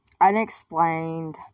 Unexplained